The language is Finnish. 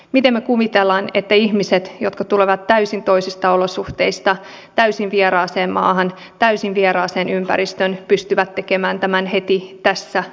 miten me kuvittelemme että ihmiset jotka tulevat täysin toisista olosuhteista täysin vieraaseen maahan täysin vieraaseen ympäristöön pystyvät tekemään tämän heti tässä ja nyt